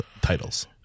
titles